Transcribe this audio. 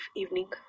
evening